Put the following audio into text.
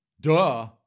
Duh